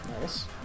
Nice